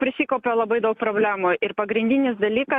prisikaupė labai daug problemų ir pagrindinis dalykas